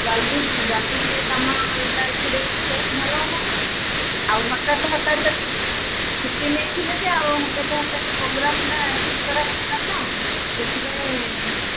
ଜଲ୍ଦି ଜଲ୍ଦି ଟିକେ କାମଟା ଛିଡ଼େଇଦେବେ ଭଲ ହେବ ଆଉ ହଠାତ୍ ହଠାତ୍ ତ ଛୁଟି ନେଇଥିଲେ ଯେ ଆଉ ହଠାତ୍ ହଠାତ୍ ପ୍ରୋଗ୍ରାମ୍ଟା ଠିକ୍ କରା ହେଇଗଲା ତ ସେଥିପାଇଁ